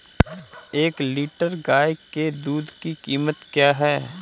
एक लीटर गाय के दूध की कीमत क्या है?